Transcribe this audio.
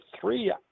three